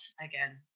again